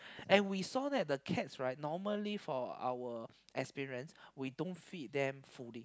and we saw that the cats right normally for our experience we don't feed them fully